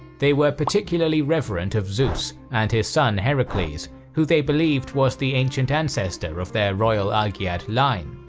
they were particularly reverent of zeus, and his son herakles, who they believed was the ancient ancestor of their royal argaed line.